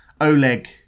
Oleg